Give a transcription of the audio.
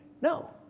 No